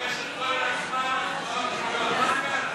בקשת הממשלה,